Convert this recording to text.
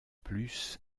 plus